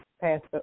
passed